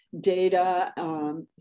data